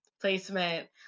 Placement